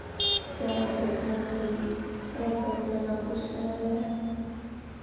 जां असें उत्थै कोई सतसंग ऐ जां कुश उत्थै है ऐ